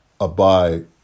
abide